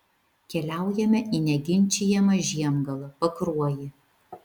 keliaujame į neginčijamą žiemgalą pakruojį